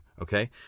Okay